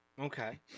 Okay